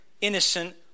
innocent